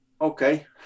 okay